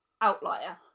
outlier